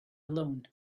alone